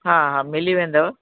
हा हा मिली वेंदव